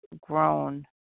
grown